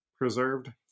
preserved